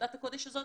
בעבודת הקודש הזאת